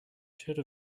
should